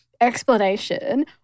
explanation